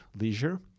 leisure